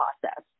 process